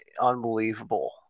unbelievable